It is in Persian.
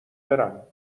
برم